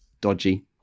dodgy